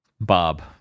Bob